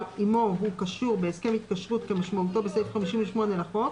עמו הוא קשור בהסכם התקשרות כמשמעותו בסעיף 58 לחוק,